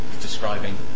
describing